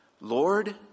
Lord